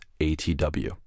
ATW